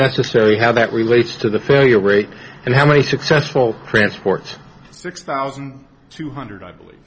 necessary how that relates to the failure rate and how many successful transports six thousand two hundred i believe